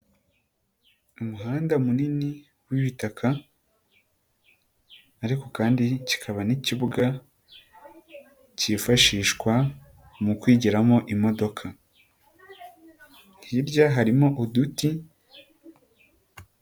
Umuhanda munini wibitaka ariko kandi kikaba n'ikibuga kifashishwa mu kwigiramo imodoka, hirya harimo uduti.